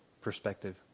perspective